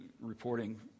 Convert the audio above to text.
reporting